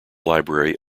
library